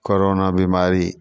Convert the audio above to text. corona बिमारी